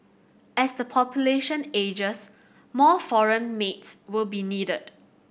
as the population ages more foreign maids will be needed